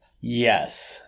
Yes